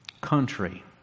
country